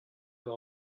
veut